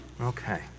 Okay